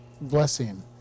blessing